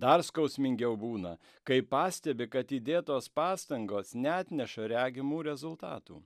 dar skausmingiau būna kai pastebi kad įdėtos pastangos neatneša regimų rezultatų